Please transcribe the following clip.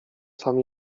sam